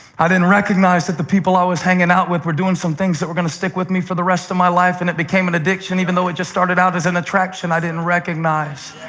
i didn't recognize that the people i was hanging out with were doing some things that were going to stick with me for the rest of my life, and it became an addiction even though it just started out as an attraction. i didn't recognize.